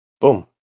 Boom